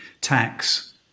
tax